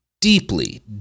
deeply